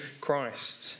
Christ